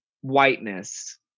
whiteness